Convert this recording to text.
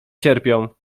cierpią